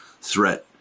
threat